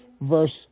verse